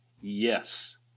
Yes